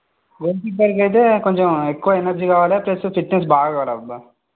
బేసిక్గా అయితే కొంచెం ఎక్కువ ఎనర్జీ కావాలి ప్లస్ ఫిట్నెస్ బాగా ఆడాలబ్బా